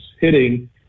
hitting